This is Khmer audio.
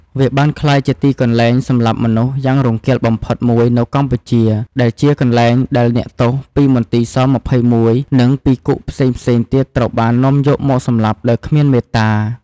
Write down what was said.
វាបានក្លាយជាទីកន្លែងសម្លាប់មនុស្សយ៉ាងរង្គាលបំផុតមួយនៅកម្ពុជា ដែលជាកន្លែងដែលអ្នកទោសពីមន្ទីរស-២១ និងពីគុកផ្សេងៗទៀតត្រូវបាននាំយកមកសម្លាប់ដោយគ្មានមេត្តា។